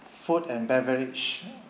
food and beverage